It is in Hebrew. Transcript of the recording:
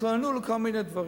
התלוננו על כל מיני דברים.